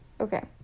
Okay